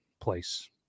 place